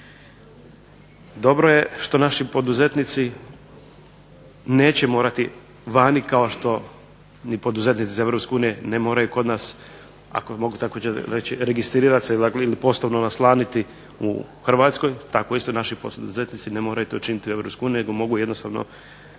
Dobro je što naši poduzetnici neće morati vani kao što ni poduzetnici iz Europske unije ne moraju kod nas, ako mogu tako reći registrirat se ili poslovno nastaniti u Hrvatskoj, tako isto naši poduzetnici ne moraju to činiti u Europskoj uniji nego mogu jednostavno poslovno